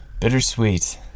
Bittersweet